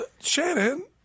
Shannon